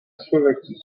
slovaquie